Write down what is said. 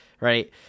right